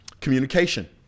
communication